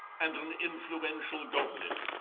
and an influential goblin.